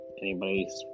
anybody's